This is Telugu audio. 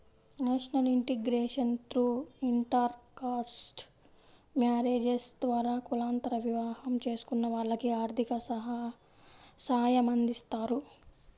national integration through intercaste marriages ద్వారా కులాంతర వివాహం చేసుకున్న వాళ్లకి ఆర్థిక సాయమందిస్తారు